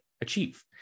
achieve